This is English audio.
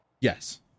Yes